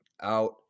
out